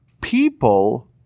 people